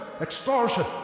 extortion